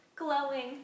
glowing